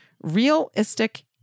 realistic